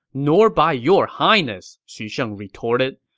nor by your highness, xu sheng retorted.